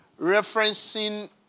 referencing